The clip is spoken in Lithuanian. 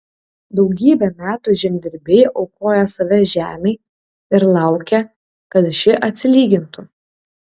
daugybę metų žemdirbiai aukoja save žemei ir laukia kad ši atsilygintų